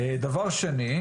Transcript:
שנית,